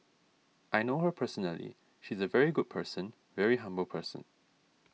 I know her personally she's a very good person very humble person